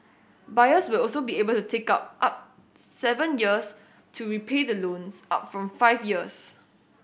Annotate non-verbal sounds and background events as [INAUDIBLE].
buyers will also be able to take up up [UNINTELLIGIBLE] seven years to repay the loans up from five years